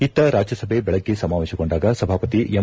ಇತ್ತ ರಾಜ್ಲಸಭೆ ಬೆಳಗ್ಗೆ ಸಮಾವೇಶಗೊಂಡಾದ ಸಭಾಪತಿ ಎಂ